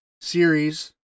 series